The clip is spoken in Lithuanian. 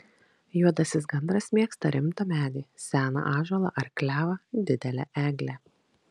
juodasis gandras mėgsta rimtą medį seną ąžuolą ar klevą didelę eglę